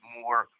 more